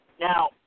Now